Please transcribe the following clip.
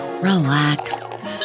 relax